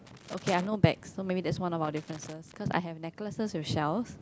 okay I no bags so maybe that's one of our differences cause I have necklaces with shells